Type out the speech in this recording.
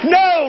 no